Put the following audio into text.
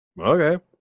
Okay